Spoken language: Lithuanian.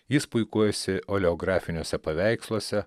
jis puikuojasi oleografiniuose paveiksluose